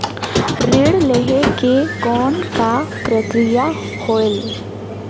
ऋण लहे के कौन का प्रक्रिया होयल?